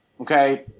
okay